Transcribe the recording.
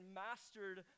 mastered